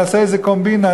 נעשה איזה קומבינה,